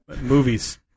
Movies